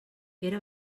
era